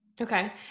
Okay